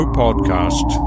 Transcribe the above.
podcast